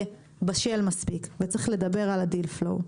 בשל מספיק ולכן צריך לדבר על ה- Deal Flow.